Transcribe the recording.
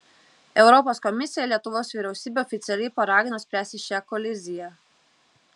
europos komisija lietuvos vyriausybę oficialiai paragino spręsti šią koliziją